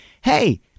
hey